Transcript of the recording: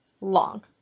long